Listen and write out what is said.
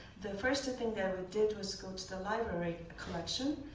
the first thing that we did was go to the library collection.